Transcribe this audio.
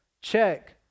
check